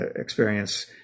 experience